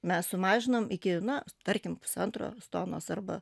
mes sumažinom iki na tarkim pusantro tonos arba